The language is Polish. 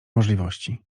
możliwości